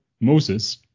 moses